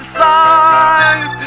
songs